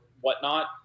whatnot